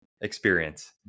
Experience